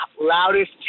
loudest